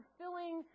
filling